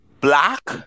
black